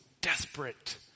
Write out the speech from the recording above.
desperate